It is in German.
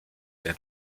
der